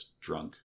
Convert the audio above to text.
drunk